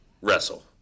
wrestle